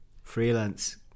Freelance